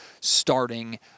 starting